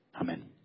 Amen